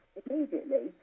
immediately